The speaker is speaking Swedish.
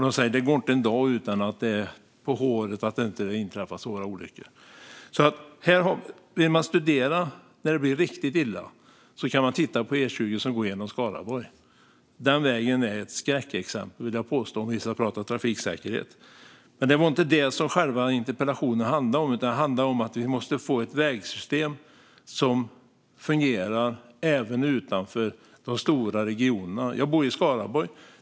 De säger att det inte går en dag utan att det är på håret att svåra olyckor inträffar. Om man vill studera när det går riktigt illa kan man titta på E20 som går genom Skaraborg. Vägen är ett skräckexempel om man talar om trafiksäkerhet. Men det var inte detta som själva interpellationen handlade om. Den handlade om att vi måste få ett vägsystem som fungerar även utanför de stora regionerna. Jag bor i Skaraborg.